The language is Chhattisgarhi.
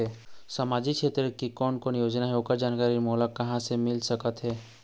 सामाजिक क्षेत्र के कोन कोन योजना हे ओकर जानकारी मोला कहा ले मिल सका थे?